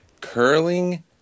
Curling